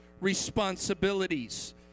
responsibilities